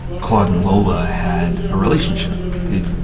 claude and lola had a relationship, that they'd,